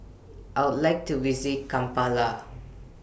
I Would like to visit Kampala